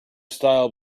style